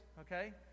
okay